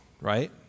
right